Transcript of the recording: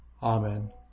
Amen